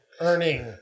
earning